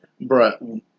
bro